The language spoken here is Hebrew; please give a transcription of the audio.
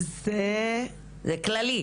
זה כללי?